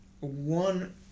one